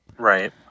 Right